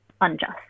unjust